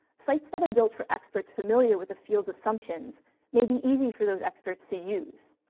sites that are built for experts familiar with the field's assumptions may be easy for those experts to use.